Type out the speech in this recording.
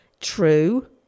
True